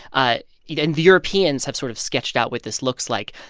ah yeah and the europeans have sort of sketched out what this looks like.